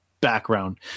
background